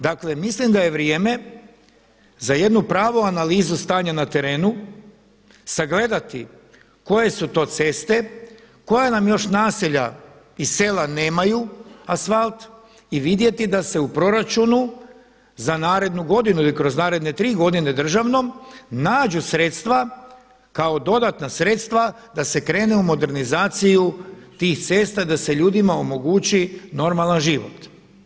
Dakle, mislim da je vrijeme za jednu pravu analizu stanja na terenu, sagledati koje su to ceste, koja nam još naselja i sela nemaju asfalt i vidjeti da se u proračunu za narednu godinu ili kroz naredne 3 godine državnom nađu sredstva, kao dodatna sredstva da se krene u modernizaciju tih cesta i da se ljudima omogući normalan život.